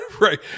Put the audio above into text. right